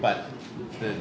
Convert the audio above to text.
but the